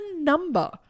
number